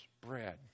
bread